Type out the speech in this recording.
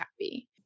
happy